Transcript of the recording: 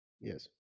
Yes